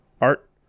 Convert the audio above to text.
art